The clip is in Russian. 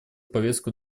повестку